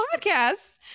podcasts